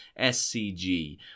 SCG